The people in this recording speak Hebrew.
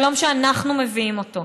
שלום שאנחנו מביאים אותו.